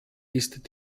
ist